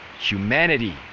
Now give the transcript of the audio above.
Humanity